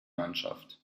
mannschaft